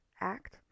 Act